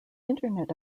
internet